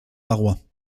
barrois